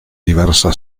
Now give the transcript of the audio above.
diversa